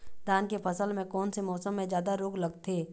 धान के फसल मे कोन से मौसम मे जादा रोग लगथे?